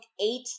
eight